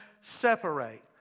separate